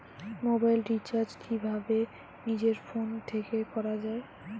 Mobile recharge কিভাবে নিজের phone থেকে করা য়ায়?